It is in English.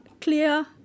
clear